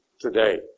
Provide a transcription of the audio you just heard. today